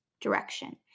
direction